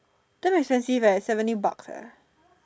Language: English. damn expensive eh seventy bucks eh